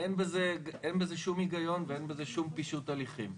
אין בזה שום הגיון ואין בזה שום פישוט הליכים.